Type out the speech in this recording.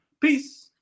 Peace